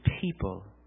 people